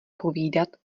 povídat